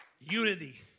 Unity